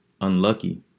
unlucky